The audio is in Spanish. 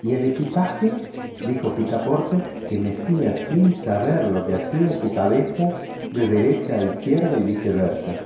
y el equipaje dijo picaporte moviendo sin saber lo que hacía su cabeza de derecha a izquierda y viceversa